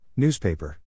Newspaper